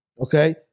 Okay